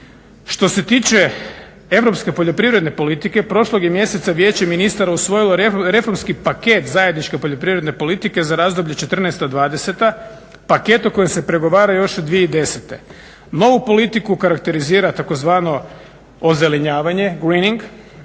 Što se tiče europske poljoprivredne politike prošlog je mjeseca Vijeće ministara usvojilo reformski paket zajedničke poljoprivredne politike za razdoblje 2014-2020., paket o kojem se pregovara još od 2010. Novu politiku karakterizira tzv. ozelenjavanje, greening,